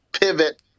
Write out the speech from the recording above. pivot